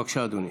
בבקשה, אדוני.